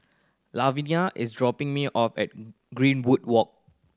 Lavenia is dropping me off at Greenwood Walk